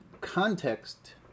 context